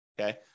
Okay